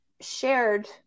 shared